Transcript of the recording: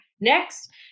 Next